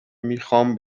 میخوام